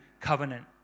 covenant